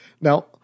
Now